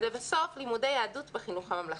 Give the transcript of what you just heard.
ולבסוף, לימודי יהדות בחינוך הממלכתי.